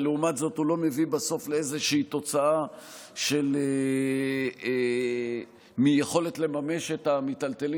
ולעומת זאת הוא לא מביא בסוף לאיזושהי תוצאה של יכולת לממש את המיטלטלין